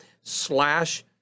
slash